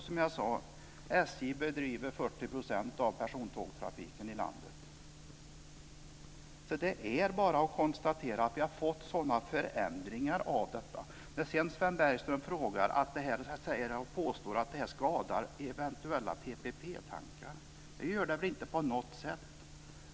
Som jag sade bedriver SJ 40 % av persontågstrafiken i landet. Det är bara att konstatera att det har skett sådana här förändringar på det här området. Sven Bergström påstod att detta skulle skada eventuella PPP-tankar. Men det gör det inte på något sätt!